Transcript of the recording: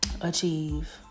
achieve